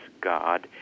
God